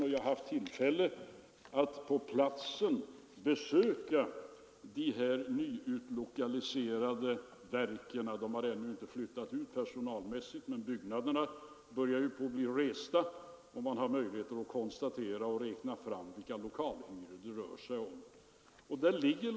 Jag har också haft tillfälle att på platsen besöka de nyutlokaliserade verken; de har ännu inte flyttat ut personalmässigt, men byggnaderna börjar bli färdiga, och man har därför nu möjlighet att räkna fram vilka lokalhyror det kommer att röra sig om.